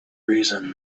reason